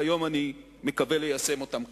והיום אני מקווה ליישם אותן כאן.